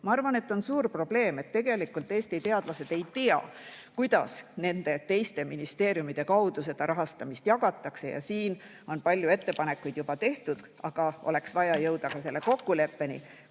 Ma arvan, et on suur probleem, et tegelikult Eesti teadlased ei tea, kuidas nende teiste ministeeriumide kaudu raha jagatakse. Siin on palju ettepanekuid juba tehtud, aga oleks vaja jõuda kokkuleppeni,